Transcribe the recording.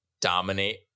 dominate